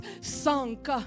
sunk